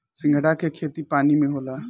सिंघाड़ा के खेती पानी में होला